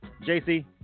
JC